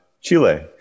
Chile